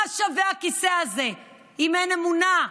מה שווה הכיסא הזה אם אין אמונה,